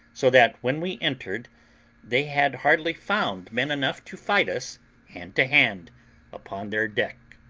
so that when we entered they had hardly found men enough to fight us hand to hand upon their deck.